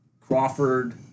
Crawford